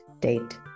date